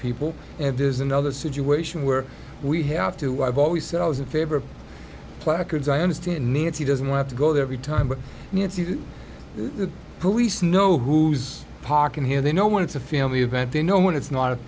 people and this is another situation where we have to i've always said i was in favor of placards i understand nancy doesn't want to go there every time but nancy the police know who's poket here they know when it's a family event they know when it's not